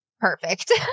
Perfect